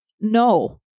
No